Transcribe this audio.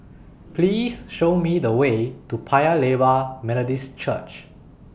Please Show Me The Way to Paya Lebar Methodist Church